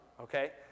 okay